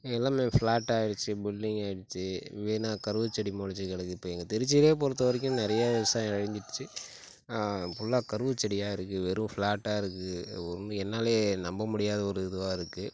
இங்கே எல்லாமே ஃப்ளாட் ஆயிடுச்சு பில்டிங் ஆயிடுச்சு வீணாக கருவ செடி முளச்சி கிடக்கு இப்போ எங்கள் திருச்சியிலே பொறுத்த வரைக்கும் நிறைய விவசாயம் அழிஞ்சிடுச்சு ஃபுல்லா கருவ செடியாக இருக்குது வெறும் ஃப்ளாட்டா இருக்கு ஒன்னு என்னாலே நம்ப முடியாத ஒரு இதுவாக இருக்குது